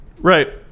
Right